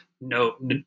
no